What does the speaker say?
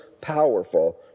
powerful